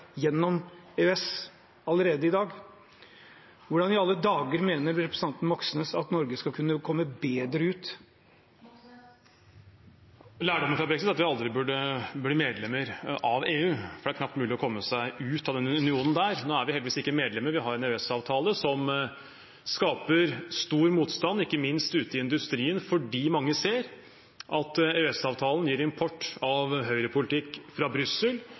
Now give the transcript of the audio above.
gjennom EØS-avtalen, hvordan i alle dager mener representanten Moxnes at Norge skal komme bedre ut? Lærdommen fra brexit er at vi aldri bør bli medlem av EU. Det er knapt mulig å komme seg ut av den unionen. Nå er vi heldigvis ikke medlem. Vi har en EØS-avtale som skaper stor motstand ute i industrien ikke minst fordi mange ser at EØS-avtalen gir import av høyrepolitikk fra Brussel,